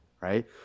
right